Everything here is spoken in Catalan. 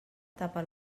tapa